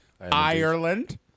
Ireland